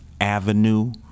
Avenue